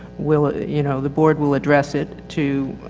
we'll, you know, the board will address it to,